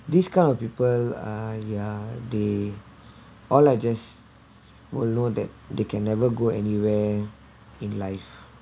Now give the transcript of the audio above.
these kind of people ah yeah they all I just will know that they can never go anywhere in life